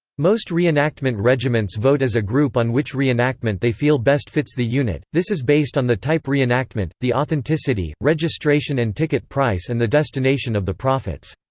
most re-enactment regiments vote as a group on which reenactment they feel best fits the unit this is based on the type reenactment, the authenticity, registration and ticket price and the destination of the profits.